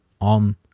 on